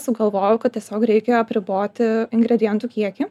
sugalvojau kad tiesiog reikia apriboti ingredientų kiekį